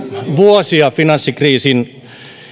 vuosia finanssikriisin